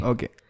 Okay